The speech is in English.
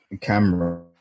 camera